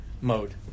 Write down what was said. mode